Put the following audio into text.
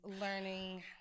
learning